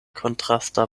kontrasta